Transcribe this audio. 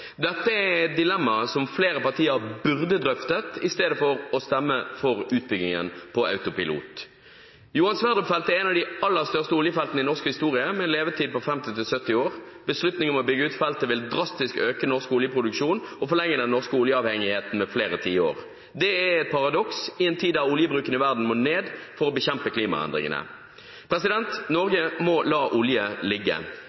Dette er et dilemma som flere partier burde drøftet i stedet for å stemme for utbyggingen på autopilot. Johan Sverdrup-feltet er et av de aller største oljefeltene i norsk historie, med en levetid på 50 til 70 år. Beslutningen om å bygge ut feltet vil drastisk øke norsk oljeproduksjon og forlenge den norske oljeavhengigheten med flere tiår. Det er et paradoks, i en tid der oljebruken i verden må ned for å bekjempe klimaendringene. Norge må la olje ligge.